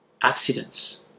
accidents